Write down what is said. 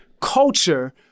culture